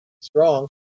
strong